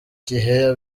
gihe